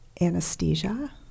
Anesthesia